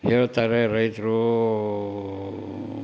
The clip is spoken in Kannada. ಹೇಳ್ತಾರೆ ರೈತರು